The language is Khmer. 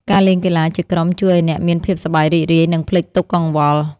ការលេងកីឡាជាក្រុមជួយឱ្យអ្នកមានភាពសប្បាយរីករាយ និងភ្លេចទុក្ខកង្វល់។